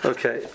Okay